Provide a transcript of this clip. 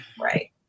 Right